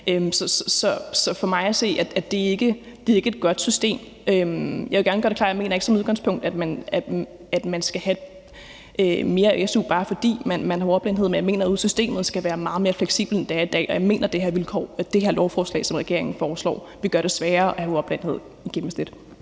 Så for mig at se er det ikke et godt system. Jeg vil gerne gøre det klart, at jeg ikke som udgangspunkt mener, at man skal have mere su, bare fordi man har ordblindhed, men jeg mener, at systemet skal være meget mere fleksibelt, end det er i dag. Og jeg mener, at det her lovforslag, som regeringen har fremsat, i gennemsnit vil gøre det sværere at have ordblindhed. Kl.